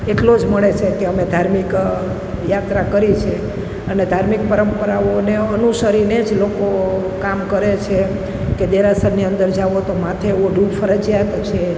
એકલો જ મળે છે કે અમે ધાર્મિક યાત્રા કરી છે અને ધાર્મિક પરંપરાઓને અનુસરીને જ લોકો કામ કરે છે કે દેરાસરની અંદર જાવ તો માથે ઓઢવું ફરજિયાત છે